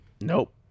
Nope